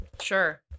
Sure